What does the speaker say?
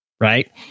Right